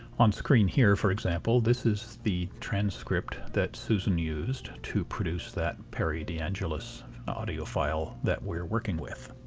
on screen here, for example, this is the transcript that susan used to produce that perry deangelis audio file that we're working with.